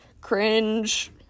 cringe